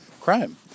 crime